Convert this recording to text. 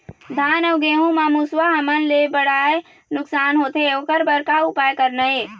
धान अउ गेहूं म मुसवा हमन ले बड़हाए नुकसान होथे ओकर बर का उपाय करना ये?